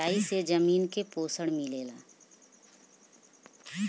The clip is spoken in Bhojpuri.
सिंचाई से जमीन के पोषण मिलेला